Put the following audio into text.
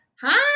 Hi